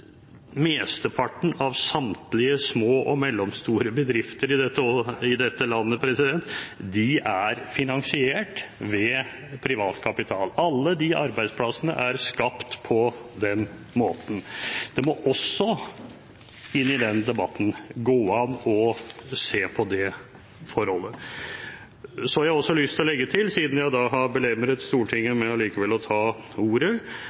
av de små og mellomstore bedriftene i dette landet finansiert ved privat kapital. Alle disse arbeidsplassene er skapt på den måten. Det må også i denne debatten gå an å se på det forholdet. Så har jeg lyst til å legge til, siden jeg likevel har belemret Stortinget med å ta ordet,